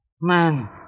man